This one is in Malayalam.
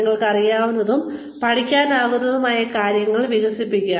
നിങ്ങൾക്ക് അറിയാവുന്നതും നിങ്ങൾക്ക് പഠിക്കാനാകുന്നതുമായ കാര്യങ്ങൾ വികസിപ്പിക്കുക